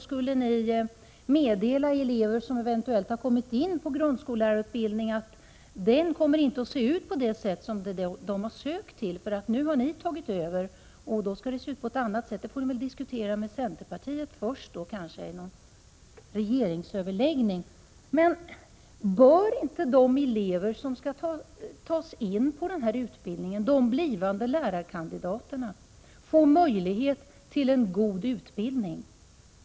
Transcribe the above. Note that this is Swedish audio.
Skulle ni meddela elever som eventuellt har kommit in på grundsskollärarutbildningen att den inte kommer att se ut som den de har sökt till, för nu har ni tagit över och då skall den se ut på ett annat sätt? Det får ni väl först diskutera med centerpartiet i en regeringsöverläggning. Men bör inte de elever som skall tas in på den här utbildningen, lärarkandidaterna, få möjlighet till en god utbildning?